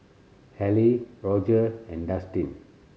Halle Roger and Dustin